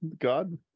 God